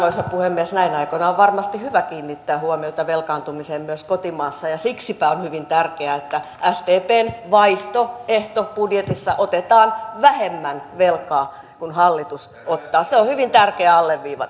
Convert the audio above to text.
näinä aikoina on varmasti hyvä kiinnittää huomiota velkaantumiseen myös kotimaassa ja siksipä on hyvin tärkeätä että sdpn vaihtoehtobudjetissa otetaan vähemmän velkaa kuin hallitus ottaa se on hyvin tärkeää alleviivata